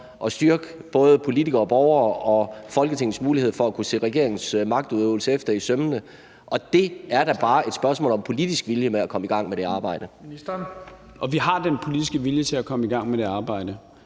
at styrke både politikere og borgere og Folketingets mulighed for at kunne se regeringens magtudøvelse efter i sømmene. Og det er da bare et spørgsmål om politisk vilje at komme i gang med det arbejde. Kl. 11:48 Første næstformand (Leif